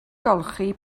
golchi